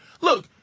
look